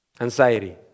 anxiety